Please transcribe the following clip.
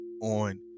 on